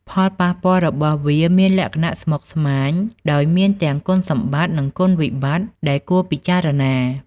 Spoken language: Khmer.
ផលប៉ះពាល់របស់វាមានលក្ខណៈស្មុគស្មាញ ដោយមានទាំង គុណសម្បត្តិ និងគុណវិបត្តិ ដែលគួរពិចារណា។